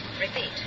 Repeat